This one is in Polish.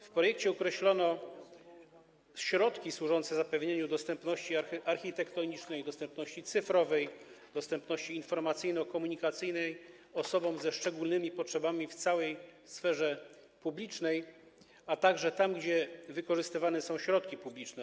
W projekcie określono środki służące zapewnieniu dostępności architektonicznej, dostępności cyfrowej i dostępności informacyjno-komunikacyjnej osobom ze szczególnymi potrzebami w całej sferze publicznej, a także tam, gdzie wykorzystywane są środki publiczne.